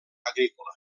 agrícola